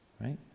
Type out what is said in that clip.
right